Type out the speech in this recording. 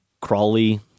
crawly